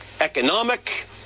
economic